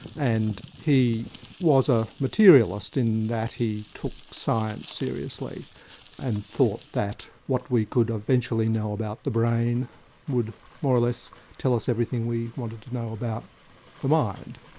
and he was a materialist in that he took science seriously and thought that what we could eventually know about the brain would more or less tell us everything we wanted to know about the mind.